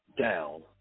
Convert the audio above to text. down